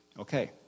Okay